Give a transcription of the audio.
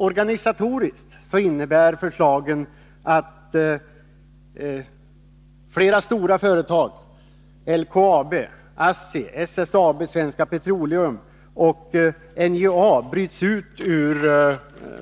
Organisatoriskt innebär förslagen att flera stora företag — LKAB, ASSI, SSAB, Svenska Petroleum och NJA — bryts ut ur